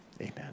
amen